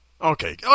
okay